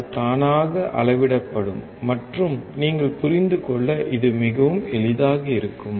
அது தானாக அளவிடப்படும் மற்றும் நீங்கள் புரிந்து கொள்ள இது மிகவும் எளிதாக இருக்கும்